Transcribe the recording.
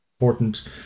important